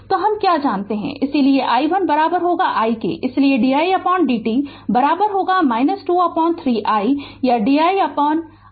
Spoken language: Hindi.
तो अब हम क्या जानते हैं कि i1 i इसलिए di dt 2 3 i या di I दो तिहाई dt